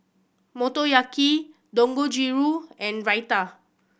Motoyaki Dangojiru and Raita